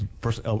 first